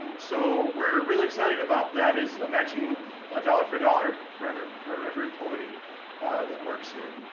so we're really excited about that is a matching dollar for dollar for every for every employee that works here,